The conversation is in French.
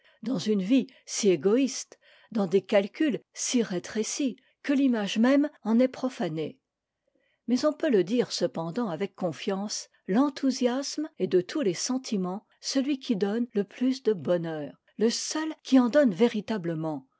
dans une vie si égoïste dans des calculs si rétrécis que l'image même en est profanée mais on peut le dire cependant avec confiance l'enthousiasme est de tous les sentiments celui qui donne le plus de bonheur le seul qui en donne véritablement